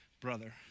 brother